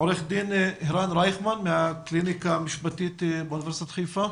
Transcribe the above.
עורך דין הרן רייכמן מהקליניקה המשפטית באוניברסיטת חיפה.